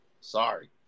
Sorry